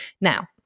Now